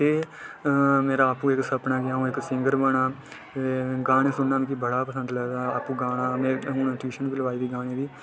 ते मेरा अपना सपना ऐ केह् अ'ऊं इक सिंगर बनां ते गाने सुन्ना मिगी बड़ा पसंद ऐ आपू गाना में टियूशन बी लोआई दी गाने दी